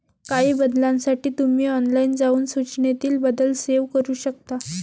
काही बदलांसाठी तुम्ही ऑनलाइन जाऊन सूचनेतील बदल सेव्ह करू शकता